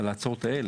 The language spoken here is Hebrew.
ההצעות האלה.